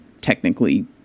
technically